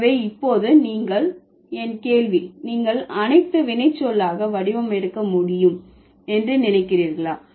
எனவே இப்போது நீங்கள் என் கேள்வி நீங்கள் அனைத்து வினைச்சொல்லாக வடிவம் எடுக்க முடியும் என்று நினைக்கிறீர்களா